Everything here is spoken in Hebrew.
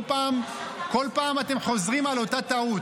כל פעם אתם חוזרים על אותה טעות.